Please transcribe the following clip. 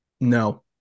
no